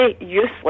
useless